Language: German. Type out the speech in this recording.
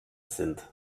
sind